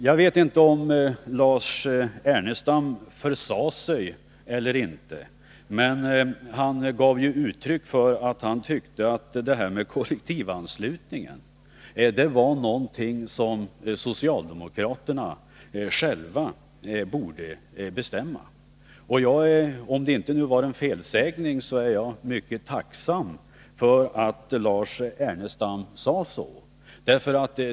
Jag vet inte om Lars Ernestam försade sig eller inte, men han gav uttryck för att han tyckte att detta med kollektivanslutning var någonting som socialdemokraterna själva borde bestämma. Om det nu inte var en felsägning, är jag mycket tacksam för att Lars Ernestam sade så.